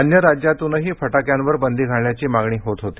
अन्य राज्यांतूनही फटाक्यांवर बंदी घालण्याची मागणी होत होती